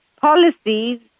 policies